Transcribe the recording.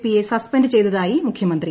P യെ suspend ചെയ്തതായി മുഖ്യമ ന്ത്രി